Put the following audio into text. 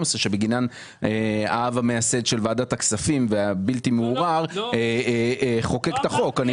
שבגינו האב המייסד הבלתי מעורער של ועדת הכספים חוקק את החוק.